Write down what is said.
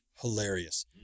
hilarious